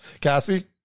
Cassie